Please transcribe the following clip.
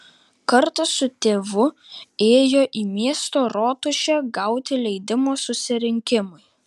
kartą su tėvu ėjo į miesto rotušę gauti leidimo susirinkimui